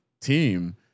team